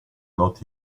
not